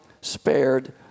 spared